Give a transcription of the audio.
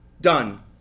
Done